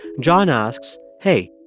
john asks, hey.